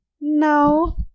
no